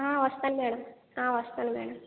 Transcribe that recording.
వస్తాను మేడం వస్తాను మేడం